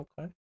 Okay